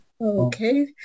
okay